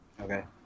Okay